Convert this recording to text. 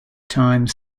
time